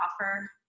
offer